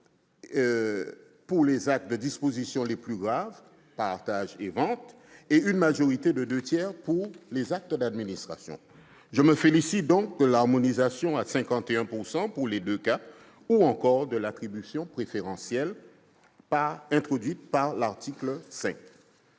pour les actes de disposition les plus graves- partages et ventes -et une majorité de deux tiers pour les actes d'administration ». Je me félicite donc de l'harmonisation à 51 % dans les deux cas ou encore de l'attribution préférentielle introduite par l'article 5.